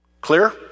Clear